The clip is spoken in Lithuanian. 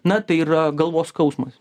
na tai yra galvos skausmas